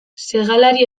segalari